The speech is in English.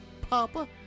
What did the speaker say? Papa